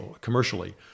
commercially